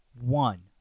one